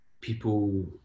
people